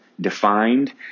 defined